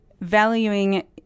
valuing